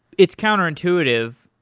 it's counterintuitive,